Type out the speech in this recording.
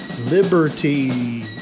liberty